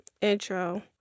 intro